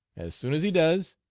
as soon as he does,